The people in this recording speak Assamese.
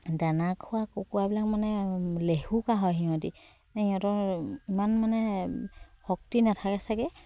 দানা খোৱা কুকুৰাবিলাক মানে লেহুকা হয় সিহঁতি সিহঁতৰ ইমান মানে শক্তি নাথাকে চাগে